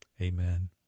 Amen